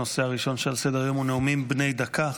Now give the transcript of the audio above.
הנושא הראשון שעל סדר-היום הוא נאומים בני דקה.